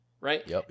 right